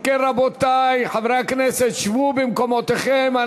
אם כן, רבותי חברי הכנסת, שבו במקומותיכם.